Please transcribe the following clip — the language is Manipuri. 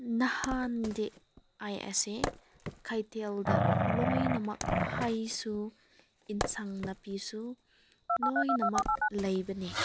ꯅꯍꯥꯟꯗꯤ ꯑꯩ ꯑꯁꯦ ꯀꯩꯊꯦꯜꯗ ꯂꯣꯏꯅꯃꯛ ꯍꯩꯁꯨ ꯑꯦꯟꯁꯥꯡ ꯅꯥꯄꯤꯁꯨ ꯂꯣꯏꯅꯃꯛ ꯂꯩꯕꯅꯤ